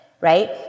right